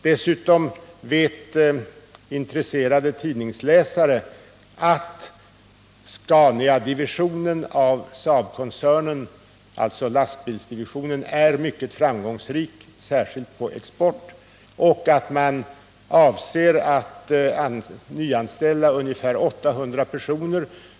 Dessutom vet intresserade tidningsläsare att lastbilsdivisionen inom Saab-Scaniakoncernen är mycket framgångsrik, särskilt när det gäller exporten, och att man avser att nyanställa ungefär 800 personer.